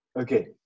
Okay